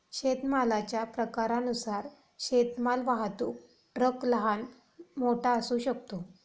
शेतमालाच्या प्रकारानुसार शेतमाल वाहतूक ट्रक लहान, मोठा असू शकतो